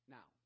Now